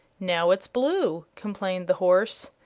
now it's blue, complained the horse.